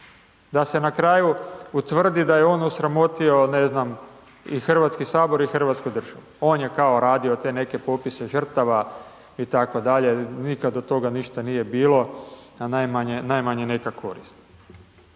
Da se na kraju utvrdi da je on osramotio, ne znam, i HS i hrvatsku državu, on je kao radio te neke popise žrtava itd., nikad od toga ništa nije bilo, a najmanje neka korist.